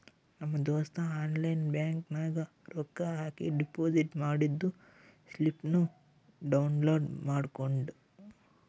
ನಮ್ ದೋಸ್ತ online bank ನಾಗ್ ರೊಕ್ಕಾ ಹಾಕಿ ಡೆಪೋಸಿಟ್ ಮಾಡಿದ್ದು ಸ್ಲಿಪ್ನೂ ಡೌನ್ಲೋಡ್ ಮಾಡ್ಕೊಂಡ್